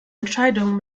entscheidung